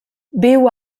viu